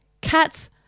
Cats